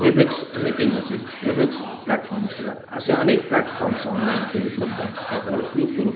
Webex meeting असेल Webex platform असेल असे अनेक प्लॅटफॉर्म्स ऑनलाईन जे उपलब्ध आहेत त्याचा उपयोग करून